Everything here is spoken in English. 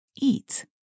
eat